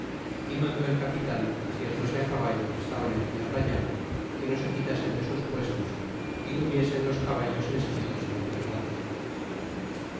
de otra manera era ü ciertos de ti caballo que estaban en tierra llana que no se quitasen de sus puestos y tuviesen los caballos ensillados y enfrenados